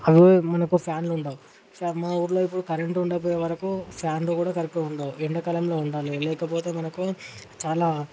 అవే మనకు ఫ్యాన్లు ఉండవు మా ఊర్లో ఇప్పుడు కరెంట్ ఉండకపోయేవరకు ఫ్యాన్లు కూడ కరక్టుగా ఉండవు ఎండాకాలంలో ఉండాలి లేకపోతే మనకు చాలా